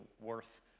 worth